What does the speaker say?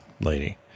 lady